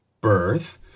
birth